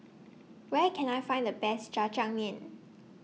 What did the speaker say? Where Can I Find The Best Jajangmyeon